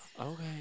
okay